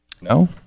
No